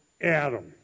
Adam